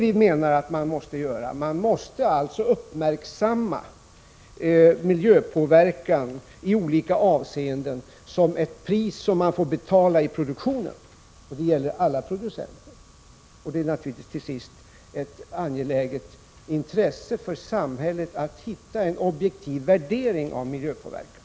Vi menar att man måste uppmärksamma miljöpåverkan i olika avseenden som ett pris man får betala i produktionen. Det gäller alla producenter. Det är naturligtvis till sist ett angeläget intresse för samhället att hitta en objektiv värdering av miljöpåverkan.